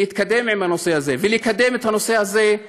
להתקדם עם הנושא הזה ולקדם את הנושא הזה.